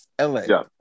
LA